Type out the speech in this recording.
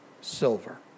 silver